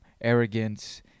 arrogance